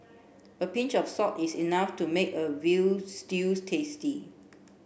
a pinch of salt is enough to make a veal stew tasty